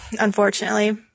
unfortunately